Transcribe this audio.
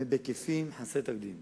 באמת בהיקפים חסרי תקדים,